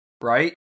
right